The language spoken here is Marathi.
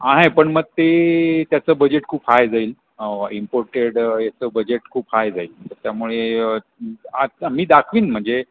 आहे पण मग ते त्याचं बजेट खूप हाय जाईल इम्पोर्टेड याचं बजेट खूप हाय जाईल त्यामुळे आता मी दाखवीन म्हणजे